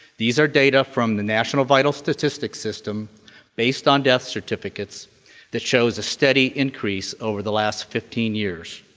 these are data from the national vital statistics system based on death certificates that shows a steady increase over the last fifteen years.